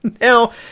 Now